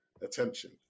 attention